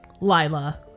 lila